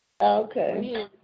Okay